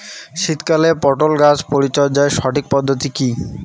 শীতকালে পটল গাছ পরিচর্যার সঠিক পদ্ধতি কী?